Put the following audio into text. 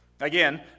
Again